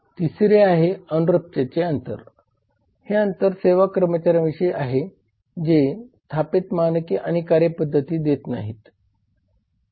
तिसरे आहे अनुरूपतेचे अंतर हे अंतर सेवा कर्मचाऱ्यांविषयी आहे जे स्थापित मानके आणि कार्यपद्धती देत नाहीत